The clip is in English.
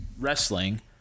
wrestling